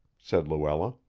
said luella.